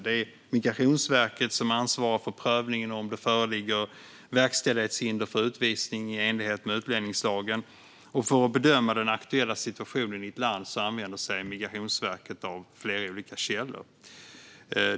Det är Migrationsverket som ansvarar för prövningen av om det föreligger verkställighetshinder för utvisning i enlighet med utlänningslagen. För att bedöma den aktuella situationen i ett land använder sig Migrationsverket av flera olika källor.